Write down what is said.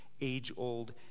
age-old